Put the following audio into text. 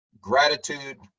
gratitude